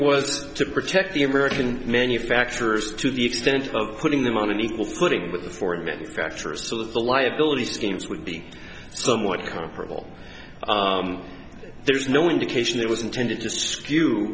was to protect the american manufacturers to the extent of putting them on an equal footing with for many factors so the liabilities games would be somewhat comparable there's no indication that was intended to skew